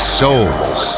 souls